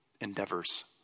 endeavors